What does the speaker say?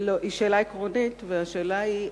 היא שאלה עקרונית, והשאלה היא,